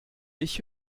ich